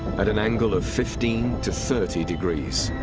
at an angle of fifteen to thirty degrees.